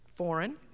foreign